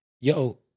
yo